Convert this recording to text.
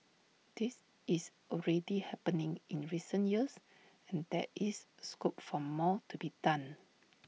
this is already happening in recent years and there is scope for more to be done